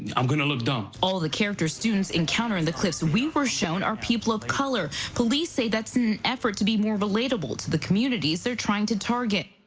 i'm gonna to look dumb. all the characters students encounter in the clips we were shown are people of color. police say that's in an effort to be more relatable to the communities they're trying to target.